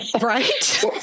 right